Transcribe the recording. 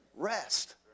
rest